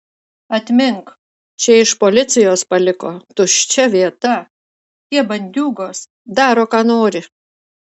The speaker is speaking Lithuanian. atmink čia iš policijos paliko tuščia vieta tie bandiūgos daro ką nori